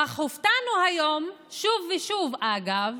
אך הופתענו היום שוב ושוב, אגב,